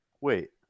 Wait